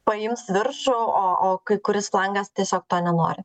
paims viršų o o kai kuris flangas tiesiog to nenori